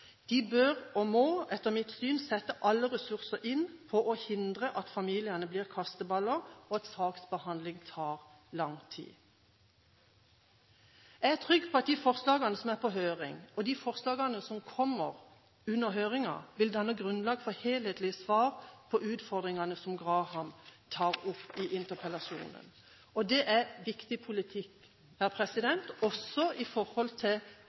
De bør og må etter mitt syn sette alle ressurser inn på å hindre at familiene blir kasteballer, og at saksbehandling tar lang tid. Jeg er trygg på at de forslagene som er på høring, og de forslagene som kommer under høringen, vil danne grunnlag for helhetlige svar på utfordringene som Graham tar opp i interpellasjonen. Det er viktig politikk, også med tanke på de momentene som Toppe var inne på i